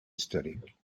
historiques